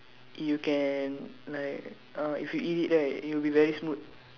you can like uh if you eat it right it will be very smooth